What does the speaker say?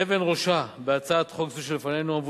אבן ראשה בהצעת חוק זו שלפנינו,